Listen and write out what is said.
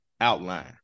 outline